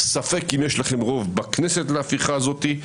ספק אם יש לכם רוב בכנסת להפיכה הזאת.